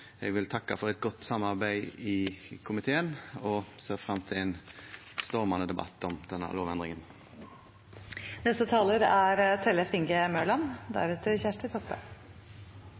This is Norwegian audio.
Jeg vil takke for et godt samarbeid i komiteen og ser frem til en stormende debatt om denne lovendringen.